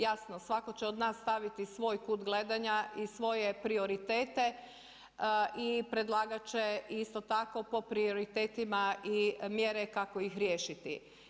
Jasno svatko će od nas staviti svoj kut gledanja i svoje prioritete i predlagat će isto tako po prioritetima i mjere kako ih riješiti.